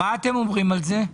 מה אתם אומרים על זה?